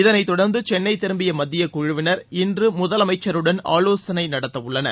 இதனைத் தொடர்ந்து சென்னை திரும்பிய மத்தியக் குழுவினர் இன்று முதலமைச்சருடன் ஆவோசனை நடத்த உள்ளனர்